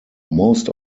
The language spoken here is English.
most